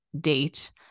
date